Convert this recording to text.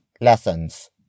lessons